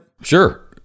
Sure